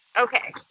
Okay